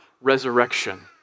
resurrection